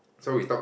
so we took